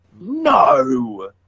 no